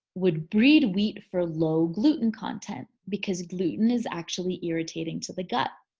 would breed wheat for low gluten content because gluten is actually irritating to the gut.